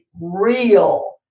real